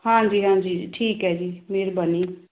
ਹਾਂਜੀ ਹਾਂਜੀ ਠੀਕ ਹੈ ਜੀ ਮੇਹਰਬਾਨੀ